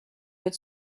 good